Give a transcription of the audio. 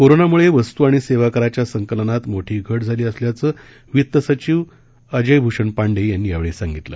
कोरोनामुळे वस्तू आणि सेवा कराच्या संकलनात मोठी घट झाली असल्याचं वित्त सचिव अजय भूषण पांडे यांनी यावेळी सांगितलं